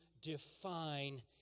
define